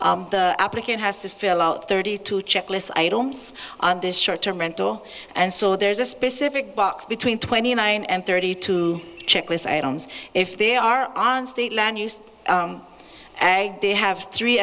application applicant has to fill out thirty two checklist items on this short term rental and so there's a specific box between twenty nine and thirty two checklist items if they are on the land use and they have three